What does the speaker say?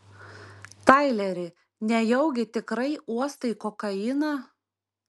taileri nejaugi tikrai uostai kokainą